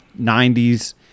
90s